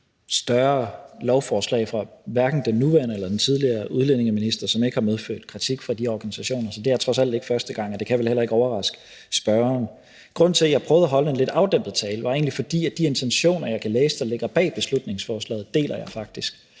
større lovforslag fra hverken den nuværende eller tidligere udlændingeminister, som ikke har medført kritik fra de organisationer. Så det er trods alt ikke første gang, og det kan vel heller ikke overraske spørgeren. Grunden til, at jeg prøvede at holde en lidt afdæmpet tale, var egentlig, at de intentioner, jeg kan læse der ligger bag beslutningsforslaget, deler jeg faktisk,